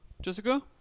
Jessica